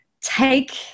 take